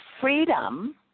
freedom